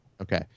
Okay